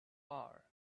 are